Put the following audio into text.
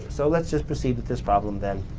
so, let's just proceed with this problem then.